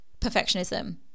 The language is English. perfectionism